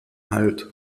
halt